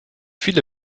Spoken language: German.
viele